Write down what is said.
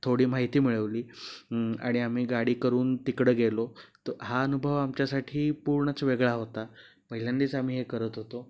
थोडी माहिती मिळवली आणि आम्ही गाडी करून तिकडं गेलो तर हा अनुभव आमच्यासाठी पूर्णच वेगळा होता पहिल्यांदाच आम्ही हे करत होतो